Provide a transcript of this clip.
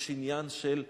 יש עניין של המעש,